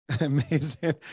amazing